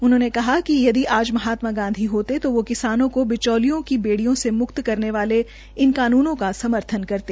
उन्होंने कहा कि यदि आज महात्मा गांधी होते तो वो किसानों को बिचौलियों की बेडियों से मुक्त करने वाले इन कानूनों का समर्थन करते